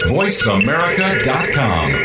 voiceamerica.com